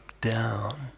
down